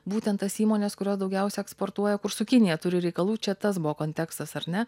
būtent tas įmones kurios daugiausia eksportuoja kur su kinija turi reikalų čia tas buvo kontekstas ar ne